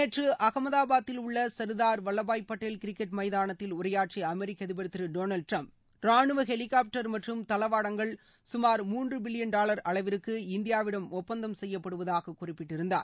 நேற்று அகமதபாத்தில் உள்ள சர்தார் வல்வபாய் படேல் கிரிக்கெட் எமதானத்தில் உரையாற்றிய அமெரிக்க அதிபர் திரு டொனால்ட் டிரம்ப் ரானுவ ஹெலிகப்டர் மற்றும் தளவாடங்கள் கமார் மூன்று பில்லியன் டாலர் அளவிற்கு இந்தியாவிடம் ஒப்பந்தம் செய்யப்படுவதாக குறிப்பிட்டிருந்தார்